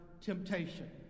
temptation